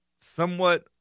somewhat